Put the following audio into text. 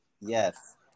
Yes